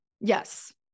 Yes